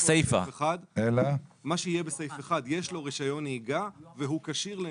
מה שיהיה בסעיף (1) יהיה: "יש לו רישיון נהיגה והוא כשיר לנהיגה".